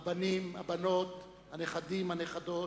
הבנים, הבנות, הנכדים, הנכדות,